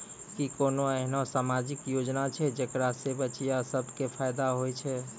कि कोनो एहनो समाजिक योजना छै जेकरा से बचिया सभ के फायदा होय छै?